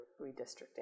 redistricting